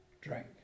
drink